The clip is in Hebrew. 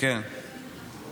תודה רבה